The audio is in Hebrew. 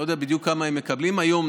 אני לא יודע בדיוק כמה הם מקבלים היום,